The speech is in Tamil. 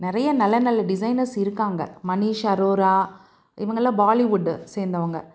நிறையா நல்ல நல்ல டிசைனர்ஸ் இருக்காங்க மணிஷ் அரோரா இவங்கள்லாம் பாலிவுட்டை சேர்ந்தவங்க